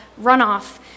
runoff